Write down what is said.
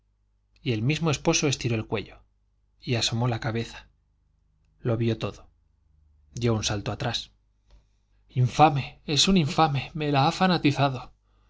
y el mismo esposo estiró el cuello y asomó la cabeza lo vio todo dio un salto atrás infame es un infame me la ha fanatizado